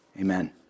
Amen